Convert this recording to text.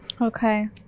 Okay